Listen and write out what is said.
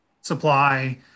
supply